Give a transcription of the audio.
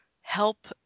help